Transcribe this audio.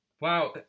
Wow